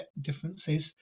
differences